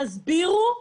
תסבירו.